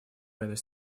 войной